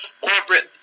Corporate